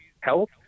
health